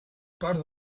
part